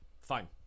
fine